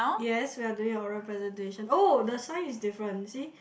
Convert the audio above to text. yes we're doing oral presentation oh the sign is different see